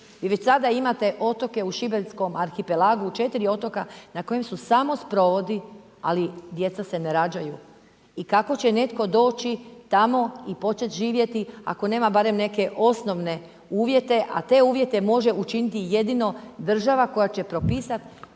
I već sada imate otoke u šibenskom arhipelagu 4 otoka na kojem su samo sprovodi, ali djeca se ne rađaju i kako će netko doći tamo i počet živjeti ako nema barem neke osnovne uvjete, a te uvjete može učiniti jedino država koja će propisat